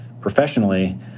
Professionally